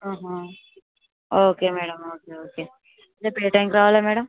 okay madam okay okay రేపు ఏ టైంకి రావాలి మ్యాడమ్